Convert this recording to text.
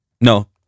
no